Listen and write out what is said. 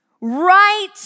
Right